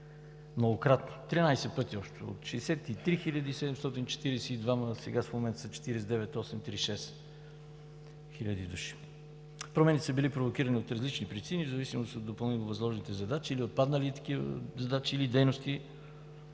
многократно – 13 пъти общо, от 63 742 сега в момента са 49 836 хил. души. Промени са били провокирани от различни причини, в зависимост от допълнително възложените или отпаднали такива задачи или дейности,